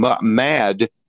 mad